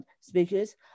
Speakers